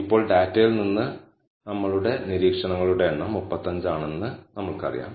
ഇപ്പോൾ ഡാറ്റയിൽ നിന്ന് നമ്മളുടെ നിരീക്ഷണങ്ങളുടെ എണ്ണം 35 ആണെന്ന് നമ്മൾക്കറിയാം